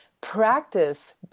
practice